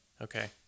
Okay